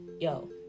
yo